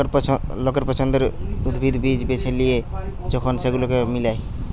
লোকের পছন্দের উদ্ভিদ, বীজ বেছে লিয়ে যখন সেগুলোকে মিলায়